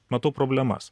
matau problemas